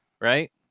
right